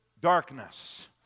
darkness